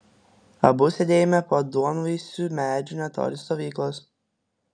abu sėdėjome po duonvaisiu medžiu netoli stovyklos